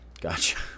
Gotcha